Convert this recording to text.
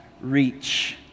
reach